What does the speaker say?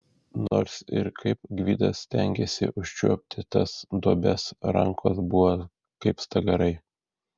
nors ir kaip gvidas stengėsi užčiuopti tas duobes rankos buvo kaip stagarai